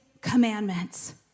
commandments